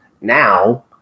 now